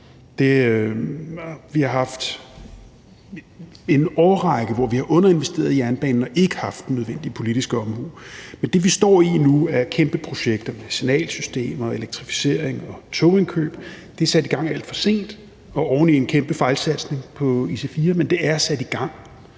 vi har underinvesteret i jernbanen og ikke haft den nødvendige politiske omhu. Men det, vi står i nu, er kæmpe projekter med signalsystemer, elektrificering og togindkøb. Det er sat i gang alt for sent og oven i en kæmpe fejlsatsning på IC4. Men det er sat i gang.